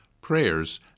prayers